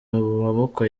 maboko